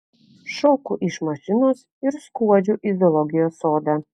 šoku iš mašinos ir skuodžiu į zoologijos sodą